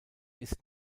ist